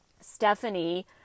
Stephanie